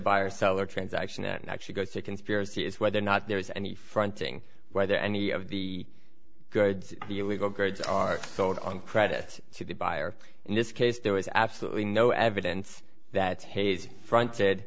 buyer seller transaction and actually go to conspiracy is whether or not there is any fronting whether any of the illegal goods are sold on credit to the buyer in this case there was absolutely no evidence that hayes fronted